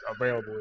available